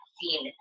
seen